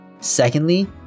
Secondly